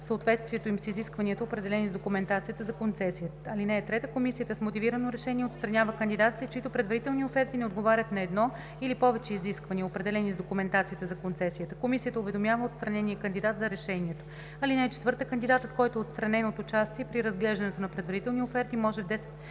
съответствието им с изискванията, определени с документацията за концесията. (3) Комисията с мотивирано решение отстранява кандидатите, чиито предварителни оферти не отговарят на едно или повече изисквания, определени с документацията за концесията. Комисията уведомява отстранения кандидат за решението. (4) Кандидат, който е отстранен от участие при разглеждането на предварителните оферти може в